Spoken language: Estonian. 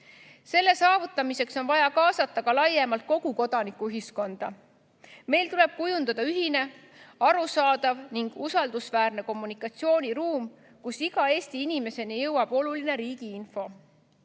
Selle saavutamiseks on vaja kaasata laiemalt kogu kodanikuühiskonda. Meil tuleb kujundada ühine, arusaadav ning usaldusväärne kommunikatsiooniruum, kus iga Eesti inimeseni jõuab riigi oluline info.